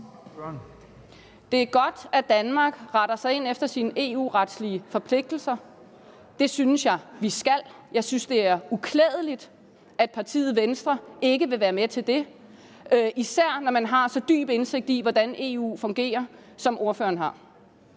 Det er godt, at Danmark retter ind efter sine EU-retlige forpligtelser. Det synes jeg vi skal. Jeg synes, det er uklædeligt, at partiet Venstre ikke vil være med til det, især når man har så dyb indsigt i, hvordan EU fungerer, som ordføreren har.